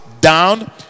down